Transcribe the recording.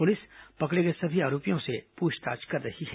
police पकड़े गए सभी आरोपियों से पूछताछ कर रही है